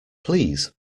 please